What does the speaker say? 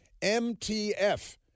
MTF